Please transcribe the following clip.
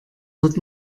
wird